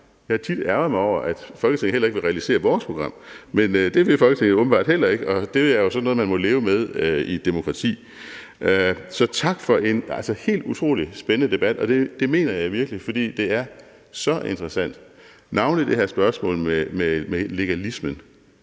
Jeg har tit ærgret mig over, at Folketinget heller ikke vil realisere vores program, men det vil Folketinget åbenbart heller ikke, og det er jo så noget, man må leve med i et demokrati. Så tak for en helt utrolig spændende debat, og det mener jeg virkelig, fordi det er så interessant – navnlig det her spørgsmål om legalismen,